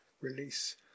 release